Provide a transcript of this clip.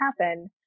happen